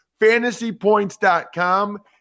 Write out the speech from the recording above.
fantasypoints.com